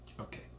Okay